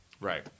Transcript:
Right